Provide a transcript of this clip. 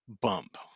Bump